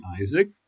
Isaac